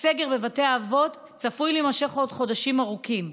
הסגר בבתי האבות צפוי להימשך עוד חודשים ארוכים,